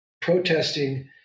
protesting